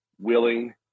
willing